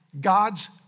God's